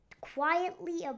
quietly